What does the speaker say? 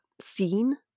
scene